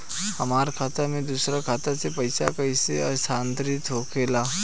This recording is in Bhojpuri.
हमार खाता में दूसर खाता से पइसा कइसे स्थानांतरित होखे ला?